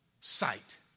sight